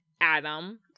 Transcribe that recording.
Adam